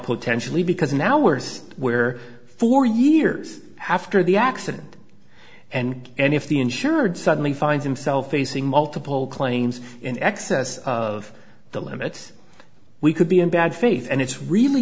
potentially because now we're just where four years after the accident and and if the insured suddenly finds himself facing multiple claims in excess of the limits we could be in bad faith and it's really